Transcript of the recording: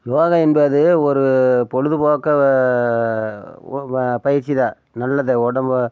யோகா என்பது ஒரு பொழுதுபோக்கை வ பயிற்சி தான் நல்லது உடம்பு